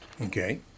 Okay